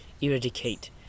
eradicate